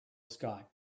scott